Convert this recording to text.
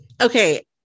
Okay